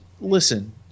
listen